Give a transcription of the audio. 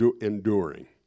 enduring